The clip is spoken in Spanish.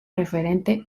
referente